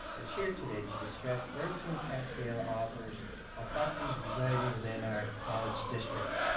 is here today to discuss thirteen tax sale offers on properties residing within our college district.